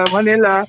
Manila